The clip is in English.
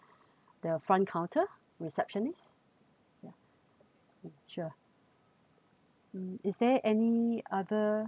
the front counter receptionist ya ya sure um is there any other